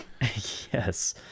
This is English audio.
Yes